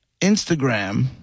Instagram